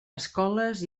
escoles